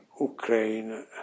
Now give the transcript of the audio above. Ukraine